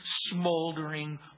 smoldering